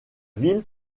ville